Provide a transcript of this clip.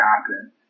happen